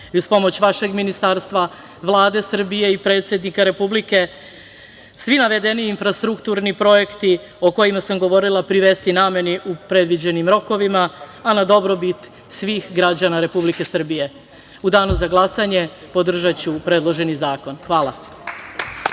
i uz pomoć vašeg Ministarstva, Vlade Srbije i predsednika Republike svi navedeni infrastrukturni projekti o kojima sam govorila privesti nameni u predviđenim rokovima, a na dobrobit svih građana Republike Srbije.U danu za glasanje podržaću predloženi zakon. Hvala.